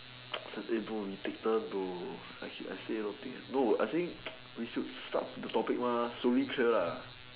eh bro we take turns bro I keep I say a lot of things no I saying we should start the topic mah slowly clear lah